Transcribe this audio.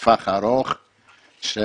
לטווח הארוך,